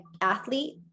athlete